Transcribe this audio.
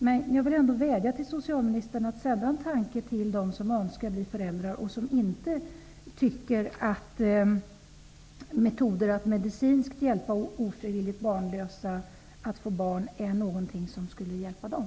Jag vill vädja till socialministern att sända en tanke till dem som önskar bli föräldrar och som inte tycker att medicinska metoder att hjälpa ofrivilligt barnlösa är någonting som skulle hjälpa dem.